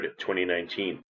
2019